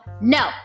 no